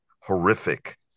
horrific